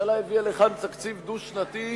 הממשלה הביאה לכאן תקציב דו-שנתי,